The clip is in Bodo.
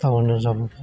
दाउन जाबोबाय